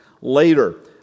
later